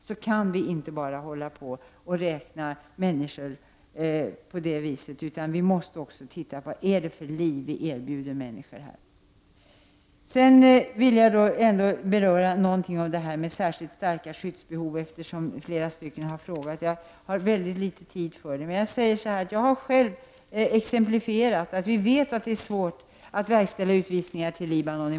Då kan vi inte bara hålla på och räkna människor, utan vi måste också titta på vad det är för liv vi erbjuder dem som kommer hit. Sedan vill jag beröra vad som menas med särskilt starka skyddsbehov, eftersom flera talare har frågat om det. Jag har väldigt litet tid, men jag vill säga så här: Jag har själv exemplifierat att vi vet att det många gånger är svårt att verkställa utvisningar till Libanon.